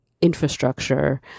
infrastructure